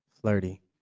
flirty